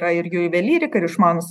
yra ir juvelyrika ir išmanūs